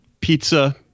Pizza